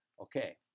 Okay